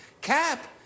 Cap